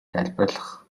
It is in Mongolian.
тайлбарлах